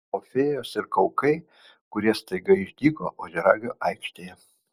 o fėjos ir kaukai kurie staiga išdygo ožiaragio aikštėje